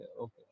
okay